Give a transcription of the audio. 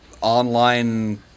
online